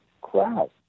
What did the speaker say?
crowd